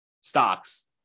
stocks